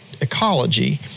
ecology